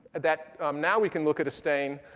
that now we can look at a stain,